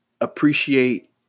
Appreciate